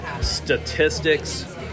statistics